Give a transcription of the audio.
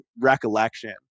recollection